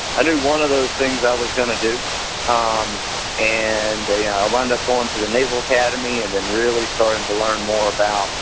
i knew one of those things i was going to do um and they um wind up on to the naval academy and then really starting to learn more about